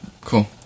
Cool